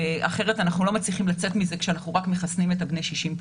אחרת אנחנו לא מצליחים לצאת מזה כשאנחנו רק מחסנים את בני ה-60 פלוס.